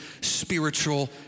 spiritual